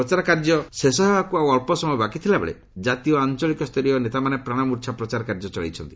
ପ୍ରଚାର କାର୍ଯ୍ୟ ଶେଷ ହେବାକୁ ଆଉ ଅଞ୍ଚ ସମୟ ବାକି ଥିଲାବେଳେ ଜାତୀୟ ଓ ଆଞ୍ଚଳିକ ସ୍ତରୀୟ ନେତାମାନେ ପ୍ରାଣମୂର୍ଚ୍ଛା ପ୍ରଚାର କାର୍ଯ୍ୟ ଚଳାଇଛନ୍ତି